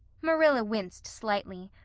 marilla winced slightly.